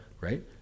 Right